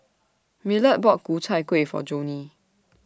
Millard bought Ku Chai Kuih For Joni